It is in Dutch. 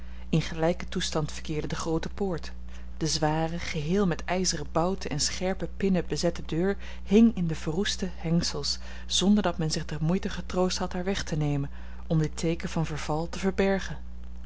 in gelijken toestand verkeerde de groote poort de zware geheel met ijzeren bouten en scherpe pinnen bezette deur hing in de verroestte hengsels zonder dat men zich de moeite getroost had haar weg te nemen om dit teeken van verval te verbergen